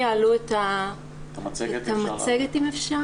אפשר להעלות את המצגת בבקשה?